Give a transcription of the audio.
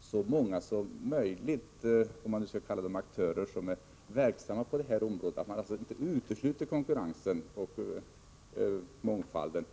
så många som möjligt blir verksamma på detta område, dvs. att man inte utesluter utan tvärtom ökar konkurrensen och mångfalden.